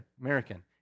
American